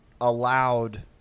allowed